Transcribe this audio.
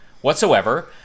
whatsoever